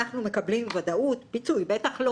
אנחנו מקבלים ודאות פיצוי בטח לא